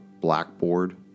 blackboard